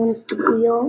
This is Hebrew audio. מונטגיו,